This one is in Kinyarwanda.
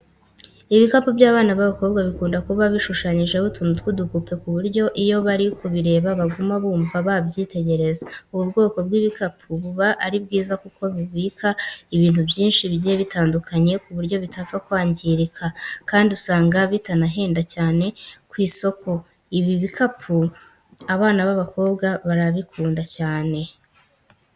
Ibikapu by'abana b'abakobwa bikunda kuba bishushanyijeho utuntu tw'udupupe ku buryo iyo bari kubireba baguma bumva babyitegereza. Ubu bwoko bw'ibikapu buba ari bwiza kuko bubika ibintu byinshi bigiye bitandukanye ku buryo bitapfa kwangirika kandi usanga bitanahenda cyane ku isoko. Ibi bikapu abana b'abakobwa barabikunda cyane.